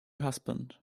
husband